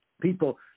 people